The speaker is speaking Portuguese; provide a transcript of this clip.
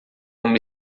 uma